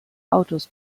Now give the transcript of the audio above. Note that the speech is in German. autos